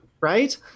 right